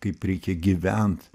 kaip reikia gyvent